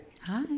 Hi